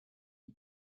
and